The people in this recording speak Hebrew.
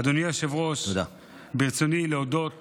אדוני היושב-ראש, ברצוני להודות